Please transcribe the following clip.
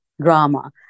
drama